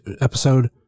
episode